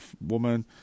woman